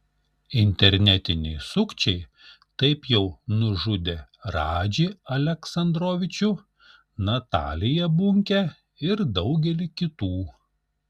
internetiniai sukčiai taip jau nužudė radžį aleksandrovičių nataliją bunkę ir daugelį kitų